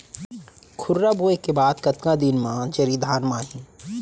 खुर्रा बोए के बाद कतका दिन म जरी धान म आही?